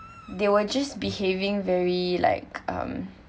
they were just behaving very like um